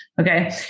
Okay